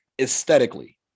aesthetically